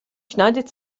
schneidet